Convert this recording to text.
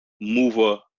mover